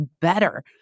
better